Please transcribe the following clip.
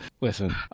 listen